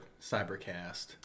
cybercast